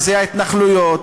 שזה ההתנחלויות,